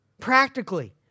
Practically